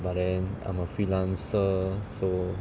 but then I'm a freelancer so